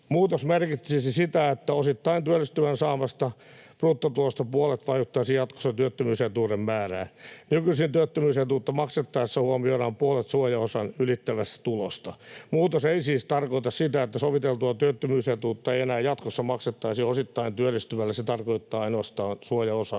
Muutos merkitsisi sitä, että osittain työllistyvän saamasta bruttotulosta puolet vaikuttaisi jatkossa työttömyysetuuden määrään. Nykyisin työttömyysetuutta maksettaessa huomioidaan puolet suojaosan ylittävästä tulosta. Muutos ei siis tarkoita sitä, että soviteltua työttömyysetuutta ei enää jatkossa maksettaisi osittain työllistyvällä. Se tarkoittaa ainoastaan suojaosan